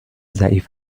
ضعیف